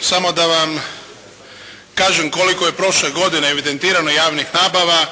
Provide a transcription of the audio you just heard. Samo da vam kažem koliko je prošle godine evidentirano javnih nabava